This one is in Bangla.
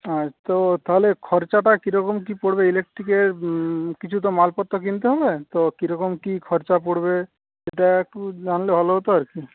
তো তাহলে খরচাটা কি রকম কি পরবে ইলেকট্রিকের কিছু তো মালপত্র কিনতে হবে তো কিরকম কি খরচা পরবে সেটা একটু জানলে ভালো হত আর কি